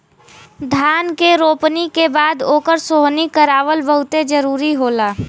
धान के रोपनी के बाद ओकर सोहनी करावल बहुते जरुरी होला